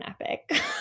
epic